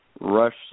rush